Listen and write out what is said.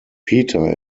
peter